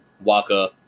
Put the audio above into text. Waka